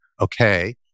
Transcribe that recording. okay